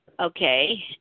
Okay